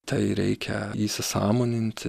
tai reikia įsisąmoninti